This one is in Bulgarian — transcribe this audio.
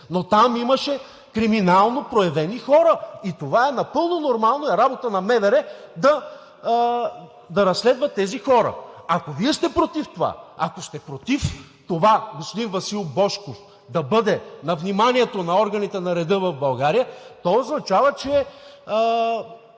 но там има криминално проявени хора. И това е напълно нормално, и е работа на МВР да разследва тези хора. Ако Вие сте против това, ако сте против това господин Васил Божков да бъде на вниманието на органите на реда в България, това означава, че не